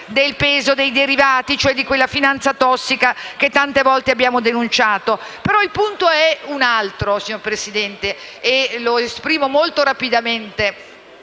il punto è un altro, signor Presidente, e lo esprimo molto rapidamente